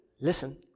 listen